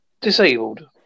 disabled